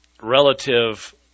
Relative